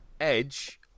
Edge